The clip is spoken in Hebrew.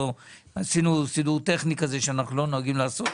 עשינו סידור טכני כזה שאנחנו לא נוהגים לעשות,